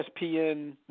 ESPN